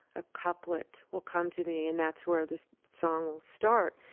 a couplet will come to me and that's where this song will start.